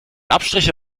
abstriche